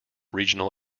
regional